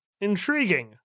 Intriguing